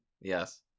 yes